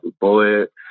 bullet